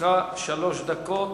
לרשותך שלוש דקות,